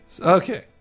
Okay